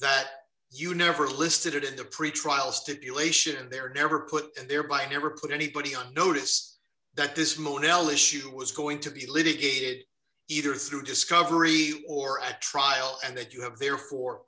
that you never listed in the pretrial stipulation there never put there by never put anybody on notice that this motel issue was going to be litigated either through discovery or a trial and that you have therefore